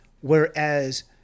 Whereas